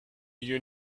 you